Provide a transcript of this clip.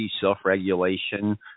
self-regulation